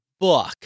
book